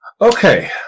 Okay